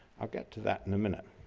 i'll get to that in a minute.